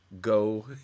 go